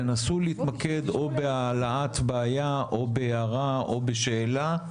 תנסו להתמקד בהעלאת בעיה או בהערה או בשאלה.